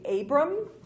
Abram